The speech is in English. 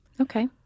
Okay